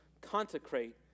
consecrate